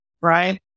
right